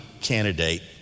candidate